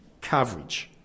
coverage